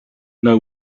know